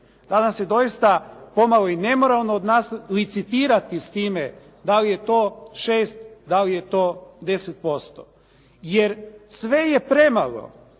Danas je doista pomalo i nemoralno od nas licitirati s time da li je to 6, da li je to 10% jer sve je premalo